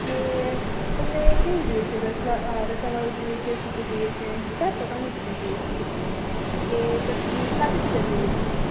કે તમને કેવું જોઈએ છે રસાવાળું જોઈએ છે સૂકું જોઈએ છે કયા પ્રકારનું ચિકન જોઈએ કે પછી કાચું ચિકન જોઈએ છે